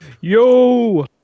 Yo